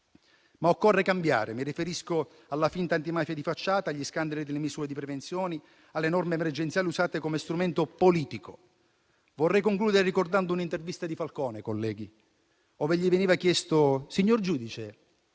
Ma occorre cambiare. Mi riferisco alla finta antimafia di facciata, agli scandali delle misure di prevenzione, alle norme emergenziali usate come strumento politico. Vorrei concludere ricordando un'intervista di Falcone, colleghi, in cui gli veniva chiesto: «Signor giudice,